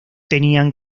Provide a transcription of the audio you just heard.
tenían